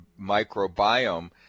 microbiome